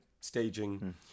staging